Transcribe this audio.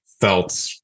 felt